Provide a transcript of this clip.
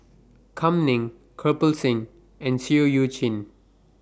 Kam Ning Kirpal Singh and Seah EU Chin